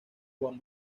juan